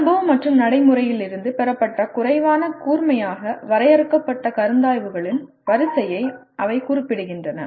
அனுபவம் மற்றும் நடைமுறையிலிருந்து பெறப்பட்ட குறைவான கூர்மையாக வரையறுக்கப்பட்ட கருத்தாய்வுகளின் வரிசையை அவை குறிப்பிடுகின்றன